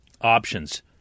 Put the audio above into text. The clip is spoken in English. options